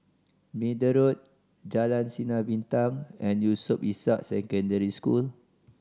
Middle Road Jalan Sinar Bintang and Yusof Ishak Secondary School